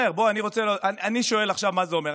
אני שואל עכשיו מה זה אומר.